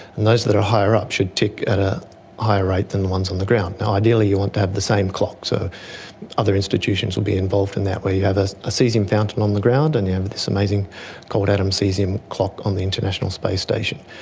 and those that are higher up should tick at a higher rate than the ones on the ground. ideally you want to have the same clock, so other institutions will be involved in that where you have ah a caesium fountain on the ground and you have this amazing cold atom caesium clock on the international space station.